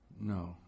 No